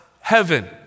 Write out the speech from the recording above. heaven